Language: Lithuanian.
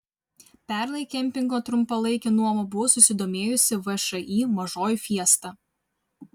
pernai kempingo trumpalaike nuoma buvo susidomėjusi všį mažoji fiesta